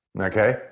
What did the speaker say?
Okay